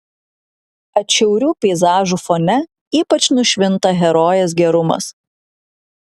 atšiaurių peizažų fone ypač nušvinta herojės gerumas